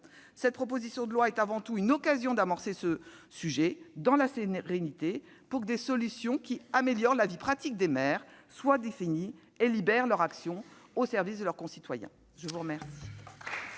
Cette proposition de loi est avant tout une occasion d'amorcer le sujet, dans la sérénité, pour que des solutions améliorant la vie pratique des maires soient définies et libèrent leur action au service de leurs concitoyens. La parole